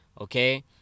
Okay